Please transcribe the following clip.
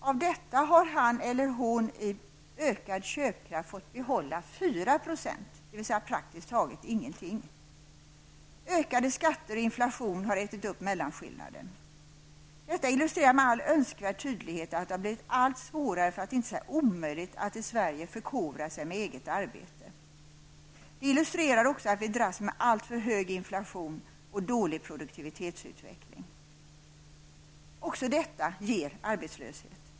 Av detta har han eller hon i ökad köpkraft fått behålla 4 %, dvs. praktiskt taget ingenting. Ökade skatter och inflation har ätit upp mellanskillnaden. Detta illusterar med all önskvärd tydlighet att det har blivit att svårare, för att inte säga omöjligt, att i Sverige förkovra sig med eget arbete. Det illusterar också att vi dras med alltför hög inflation och dålig produktivitetsutveckling. Också detta ger arbetslöshet.